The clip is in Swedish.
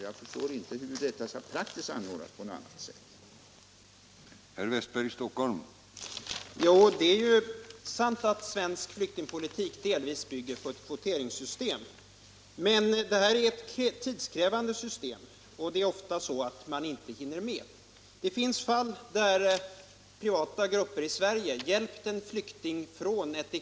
Jag förstår inte hur det praktiskt skall kunna ordnas på annat sätt än som det är nu.